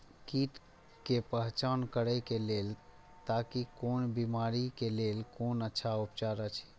कीट के पहचान करे के लेल ताकि कोन बिमारी के लेल कोन अच्छा उपचार अछि?